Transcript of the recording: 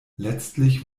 letztlich